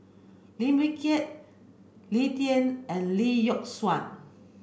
Lim Wee Kiak Lee Tjin and Lee Yock Suan